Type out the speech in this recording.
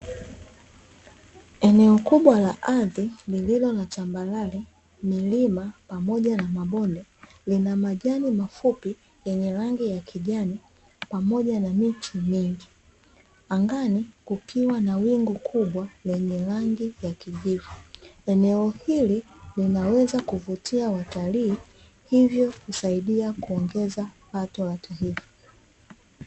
Eneo kubwa la ardhi likiwa na tambala, milima pamoja na mabonde, lina majani mafupi yenye rangi ya kijani pamoja na miti mingi. Angani, kukiwa na wingu kubwa lenye rangi ya kijivu. Eneo hili linaweza kuvutia watalii, hivyo kusaidia kuongeza pato la taifa.